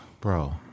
Bro